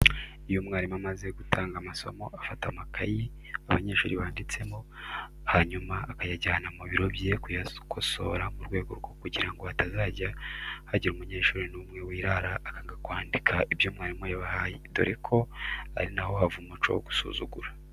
Iyo umwarimu amaze gutanga amasomo afata amakayi abanyeshuri banditsemo hanyuma akayajyana mu biro bye kuyakosora mu rwego rwo kugira ngo hatazajya hagira umunyeshuri n'umwe wirara akanga kwandika ibyo mwarimu yabahaye, dore ko ari na ho hava umuco wo gusuzugura.